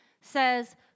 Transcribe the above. says